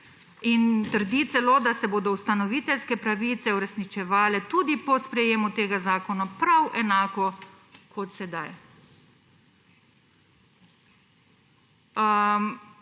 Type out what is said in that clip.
In trdi celo, da se bodo ustanoviteljske pravice uresničevale tudi po sprejetju tega zakona prav enako kot sedaj.